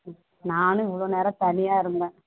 நானும் இவ்வளோ நேரம் தனியாக இருந்தேன்